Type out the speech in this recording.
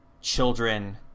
children